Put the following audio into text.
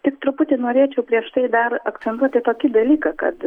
tik truputį norėčiau prieš tai dar akcentuoti tokį dalyką kad